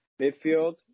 Midfield